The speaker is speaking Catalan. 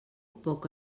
poc